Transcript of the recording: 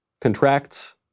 contracts